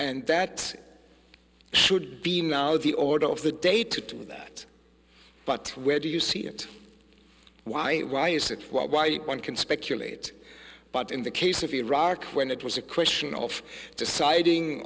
and that should be now the order of the day to do that but where do you see it why why is it why one can speculate but in the case of iraq when it was a question of deciding